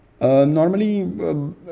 Normally